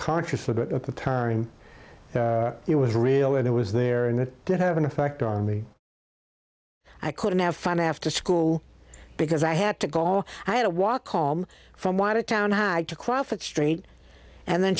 conscious of it at the time it was real and it was there and it did have an effect on me i couldn't have fun after school because i had to go all i had to walk home from watertown had to cross that street and then